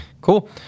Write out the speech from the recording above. Cool